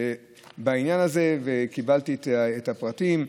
בעניין הזה וקיבלתי את הפרטים.